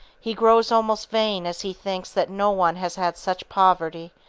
he grows almost vain as he thinks that no one has had such poverty,